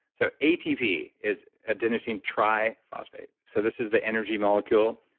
so atp is adenosine tri phosphate. so this is the energy molecule,